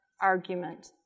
argument